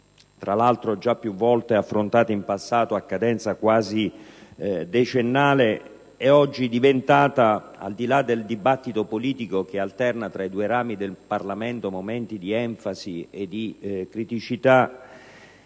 tra l'altro già più volte affrontate in passato a cadenza quasi decennale, è oggi diventata, al di là del dibattito politico che alterna tra i due rami del Parlamento momenti di enfasi e di criticità,